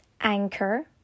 Anchor